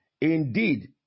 Indeed